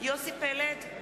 יוסי פלד,